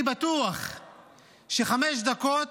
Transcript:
אני בטוח שחמש דקות